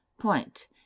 Point